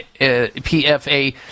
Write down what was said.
pfa